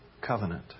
covenant